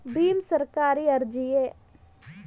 ಭೀಮ್ ಸರ್ಕಾರಿ ಅರ್ಜಿಯೇ?